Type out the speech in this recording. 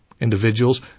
Individuals